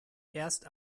erst